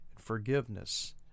forgiveness